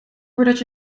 voordat